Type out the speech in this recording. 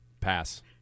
Pass